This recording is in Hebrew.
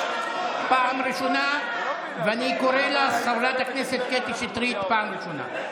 אותך, חברת הכנסת קטי שטרית, פעם ראשונה.